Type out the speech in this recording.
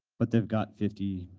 but they've got fifty,